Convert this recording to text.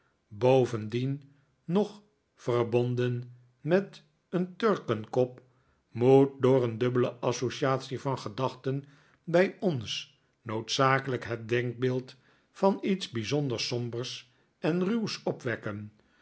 bovendien nog verbonden met een turkenkop moet door een dubbele associatie van gedachten bij ons noodzakelijk het denkbeeld van iets bijzonder sombers en ruws opwekken